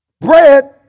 Bread